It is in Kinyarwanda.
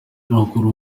amakuru